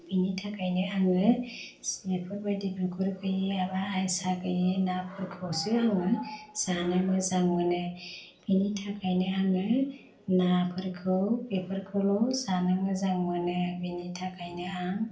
बेनि थाखायनो आङो बेफोरबादि बिगुर गैयै एबा आयसा गैयै नाफोरखौसो आङो जानो मोजां मोनो बेनि थाखायनो आङो नाफोरखौ बेफोरखौल' जानो मोजां मोनो बेनि थाखायनो आं